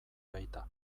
baita